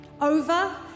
over